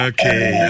Okay